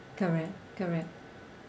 correct correct